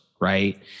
Right